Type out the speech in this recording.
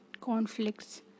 conflicts